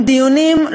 עם דיונים,